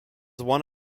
one